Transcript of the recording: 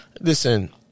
listen